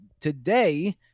Today